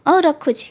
ହେଉ ରଖୁଛି